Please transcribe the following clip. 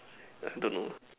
don't know